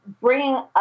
bringing